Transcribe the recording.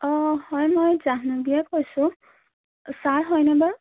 অঁ হয় মই জাহ্নৱীয়ে কৈছোঁ ছাৰ হয়নে বাৰু